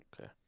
Okay